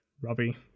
Robbie